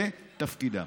זה תפקידם.